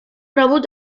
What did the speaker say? rebut